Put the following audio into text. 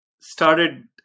started